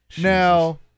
Now